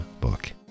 book